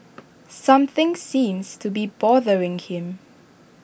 something seems to be bothering him